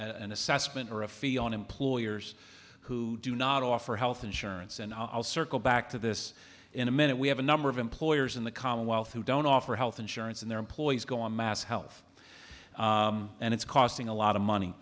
an assessment or a fee on employers who do not offer health insurance and i'll circle back to this in a minute we have a number of employers in the commonwealth who don't offer health insurance and their employees go on mass health and it's costing a lot of